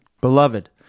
beloved